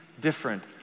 different